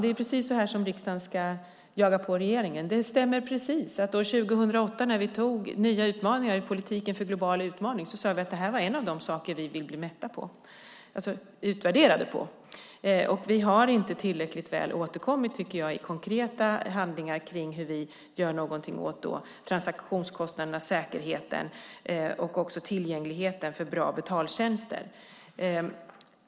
Det är precis så här som riksdagen ska jaga på regeringen. Det stämmer precis att år 2008, när vi antog nya utmaningar i politiken för global utveckling, sade vi att detta var en av de saker vi ville bli utvärderade på. Jag tycker inte att vi har återkommit tillräckligt väl i konkreta handlingar för att göra någonting åt transaktionskostnaderna, säkerheten och tillgängligheten till bra betaltjänster.